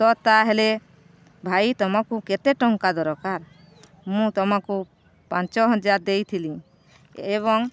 ତ ତା'ହେଲେ ଭାଇ ତମକୁ କେତେ ଟଙ୍କା ଦରକାର ମୁଁ ତମକୁ ପାଞ୍ଚ ହଜାର ଦେଇଥିଲି ଏବଂ